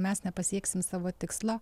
mes nepasieksim savo tikslo